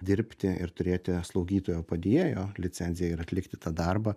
dirbti ir turėti slaugytojo padėjėjo licenciją ir atlikti tą darbą